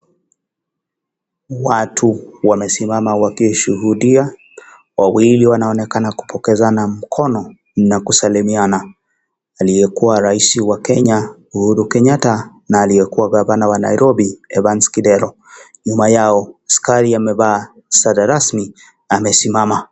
Watu wamesimama wakishuhudia wawili wanaonekana kupokezana mkono na kusalimiana ni aliyekuwa raisi wa Kenya Uhuru Kenyatta na aliyekuwa gavana wa Nairobi Evans Kidero nyuma yao askari aliyevaa sare rasmi amesimama.